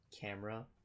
camera